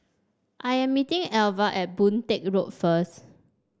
I am meeting Elva at Boon Teck Road first